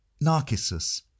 Narcissus